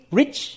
rich